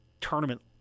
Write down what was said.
tournament